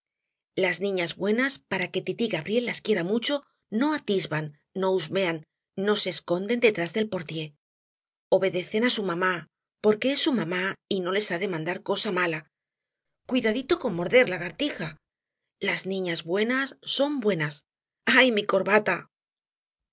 las niñas buenas para que tití gabriel las quiera mucho no atisban no husmean no se esconden detrás del portier obedecen á su mamá porque es su mamá y no les ha de mandar cosa mala cuidadito con morder lagartija las niñas buenas son buenas ay mi corbataaá